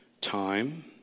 Time